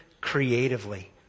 creatively